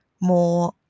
more